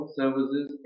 services